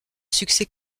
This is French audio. succès